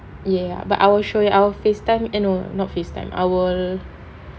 ya but I will show you I will FaceTime eh no not FaceTime I will